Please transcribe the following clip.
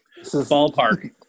ballpark